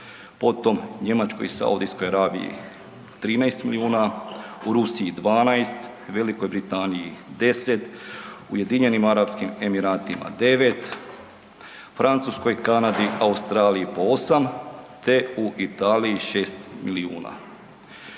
potom Njemačkoj i Saudijskoj Arabiji 13 milijuna, u Rusiji 12, V. Britaniji 10, UAE 9, Francuskoj, Kanadi, Australiji po 8 te u Italiji 6 milijuna.